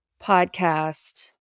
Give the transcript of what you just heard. podcast